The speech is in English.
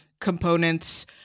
components